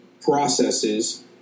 processes